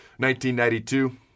1992